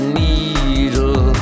needle